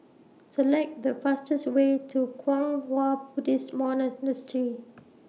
Select The fastest Way to Kwang Hua Buddhist